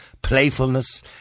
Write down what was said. playfulness